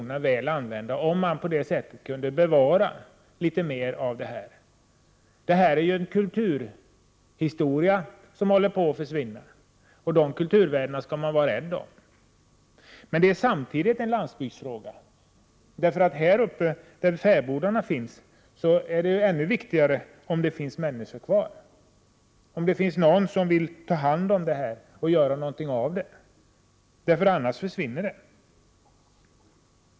var väl använda pengar, om man på det sättet kunde bevara litet fler fäbodar. Det är en kulturhistoria som håller på att försvinna, och sådana här kulturvärden skall man vara rädd om. Detta är samtidigt en landsbygdsfråga, därför att i de områden där fäbodarna finns är det ännu viktigare att det finns människor kvar, att det finns någon som vill ta hand om fäbodarna och göra någonting av dem — annars försvinner de.